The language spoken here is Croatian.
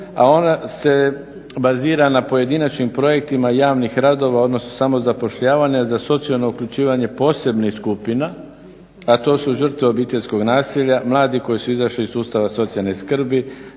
a ona se bazira na pojedinačnim projektima javnih radova, odnosno samozapošljavanje za socijalno uključivanje posebnih skupina a to su žrtve obiteljskog nasilja, mladi koji su izašli iz sustava socijalne skrbi,